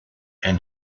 and